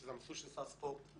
שזה המסלול של סל ספורט.